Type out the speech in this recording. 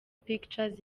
pictures